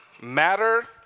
Matter